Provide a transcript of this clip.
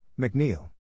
McNeil